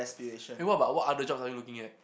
hey what about what other jobs are you looking at